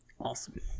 Awesome